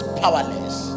powerless